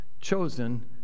chosen